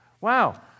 Wow